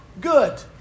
good